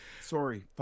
Sorry